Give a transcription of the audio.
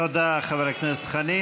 תודה, חבר הכנסת חנין.